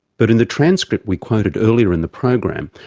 but in the transcript we quoted earlier in the program,